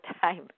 time